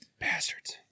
Bastards